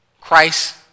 Christ